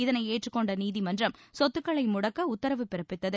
இதனை ஏற்றுக்கொண்ட நீதிமன்றம் சொத்துக்களை முடக்க உத்தரவு பிறப்பித்தது